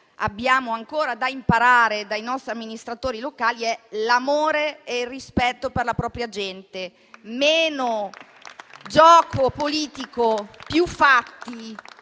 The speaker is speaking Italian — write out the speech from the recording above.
abbiamo ancora da imparare dai nostri amministratori locali, è l'amore e il rispetto per la propria gente. Meno gioco politico, più fatti,